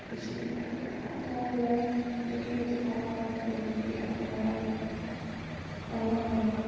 ꯃꯤꯁꯤ ꯃꯤꯅꯥ ꯀꯌꯥ ꯑꯃ ꯊꯣꯛꯍꯜꯂꯦ ꯑꯗꯨꯛꯀꯤ ꯃꯇꯤꯛ ꯑꯋꯥꯕ ꯄ꯭ꯔꯣꯕ꯭ꯂꯦꯝ ꯀꯌꯥ ꯑꯃ ꯃꯥꯏꯌꯣꯛꯅꯔꯦꯕ